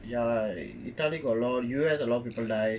ya italy got a lot U_S a lot of people die